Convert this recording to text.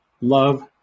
love